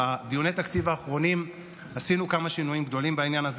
בדיוני התקציב האחרונים עשינו כמה שינויים גדולים בעניין הזה,